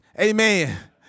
amen